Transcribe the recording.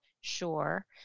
sure